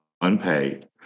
unpaid